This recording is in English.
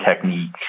technique